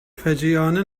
فجیعانه